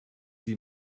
sie